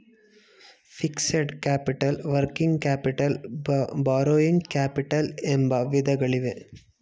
fixed capital working capital borrowing capital ಎಂಬ ವಿಧಗಳಿವೆ